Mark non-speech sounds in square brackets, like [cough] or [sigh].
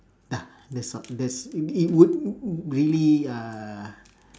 ya that's all that's it it would [noise] really uh